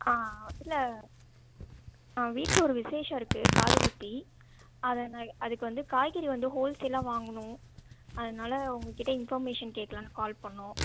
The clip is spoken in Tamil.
இல்லை வீட்டில் ஒரு விசேஷம் இருக்கு காது குத்தி அதை நாங்க அதுக்கு வந்து காய்கறி வந்து ஹோல்சேலாக வாங்கனும் அதனால உங்கள்கிட்ட இன்ஃபர்மேஷன் கேக்களான்னு கால் பண்ணோம்